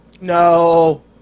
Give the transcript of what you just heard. No